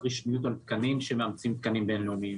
רשמיות על תקנים שמאמצים תקנים בין-לאומיים.